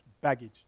baggage